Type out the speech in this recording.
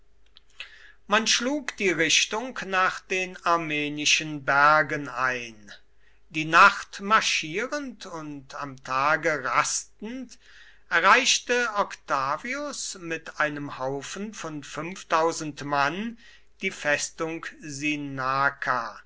man schlug die richtung nach den armenischen bergen ein die nacht marschierend und am tage rastend erreichte octavius mit einem haufen von mann die festung sinnaka